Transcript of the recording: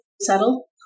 subtle